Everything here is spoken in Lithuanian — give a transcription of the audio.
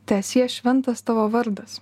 teesie šventas tavo vardas